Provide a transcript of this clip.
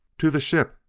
to the ship!